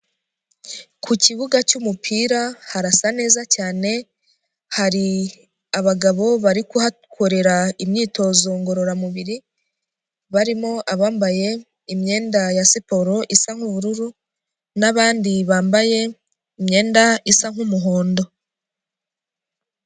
Ku kibuga cy'umupira harasa neza cyane, hari abagabo bari kuhakorera imyitozo ngororamubiri, barimo abambaye imyenda ya siporo isa nk'ubururu, n'abandi bambaye imyenda isa nk'umuhondo.